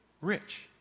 rich